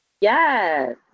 Yes